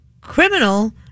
criminal